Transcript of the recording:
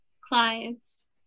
clients